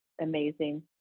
amazing